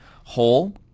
whole